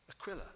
Aquila